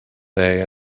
day